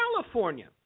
California